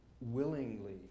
willingly